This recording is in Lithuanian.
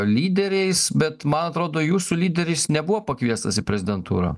lyderiais bet man atrodo jūsų lyderis nebuvo pakviestas į prezidentūrą